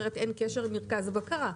אחרת אין קשר עם מרכז הבקרה.